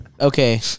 okay